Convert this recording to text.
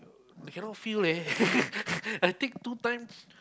cannot feel leh I think two times